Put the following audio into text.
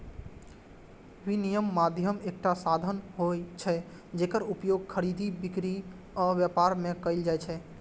विनिमय माध्यम एकटा साधन होइ छै, जेकर उपयोग खरीद, बिक्री आ व्यापार मे कैल जाइ छै